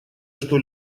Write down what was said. что